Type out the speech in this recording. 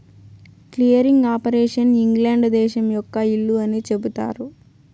clearing operation England దేశం యొక్క ఇల్లు అని చెబుతారు